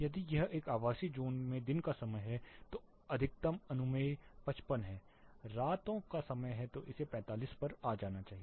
यदि यह एक आवासीय ज़ोन मे दिन का समय है तो अधिकतम अनुमेय 55 हैरातों का समय है तो इसे 45 पर आ जाना चाहिए